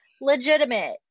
legitimate